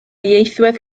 ieithwedd